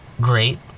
great